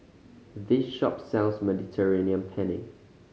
this shop sells Mediterranean Penne